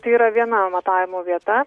tai yra viena matavimo vieta